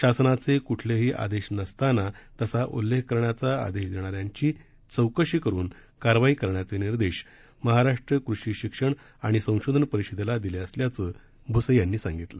शासनाचे कुठलेही आदेश नसताना तसा उल्लेख करण्याचा आदेश देणाऱ्यांची चौकशी करून कारवाई करण्याचे निर्देश महाराष्ट्र कृषि शिक्षण आणि संशोधन परिषदेला दिले असल्याचं भुसे यांनी सांगितलं